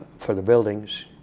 for the buildings.